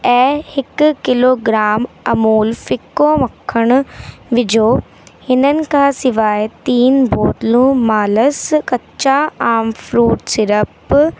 ऐं हिकु किलोग्राम अमूल फिको मखणु विझो हिननि खां सवाइ तीन बोतलूं मालस कच्चा आम फ्रूट सिरप